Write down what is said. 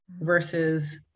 versus